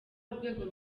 urwego